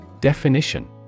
Definition